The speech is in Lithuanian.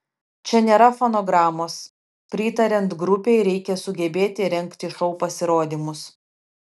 čia nėra fonogramos pritariant grupei reikia sugebėti rengti šou pasirodymus